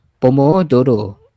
Pomodoro